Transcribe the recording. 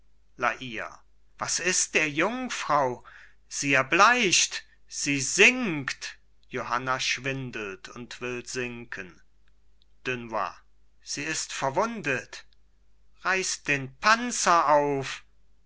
was ist der jungfrau sie erbleicht sie sinkt johanna schwindelt und will sinken dunois sie ist verwundet reißt den panzer auf